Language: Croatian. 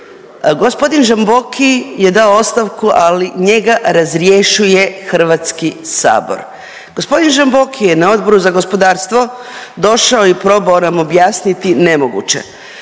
Gospodin Žamboki je dao ostavku ali njega razrješuje Hrvatski sabor. Gospodin Žamboki je na Odboru za gospodarstvo došao i probao nam objasniti nemoguće.